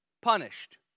punished